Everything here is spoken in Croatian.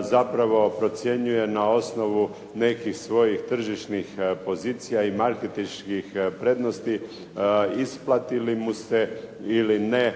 zapravo procjenjuje na osnovu nekih svojih tržišnih pozicija i marketinških prednosti isplati li mu se ili ne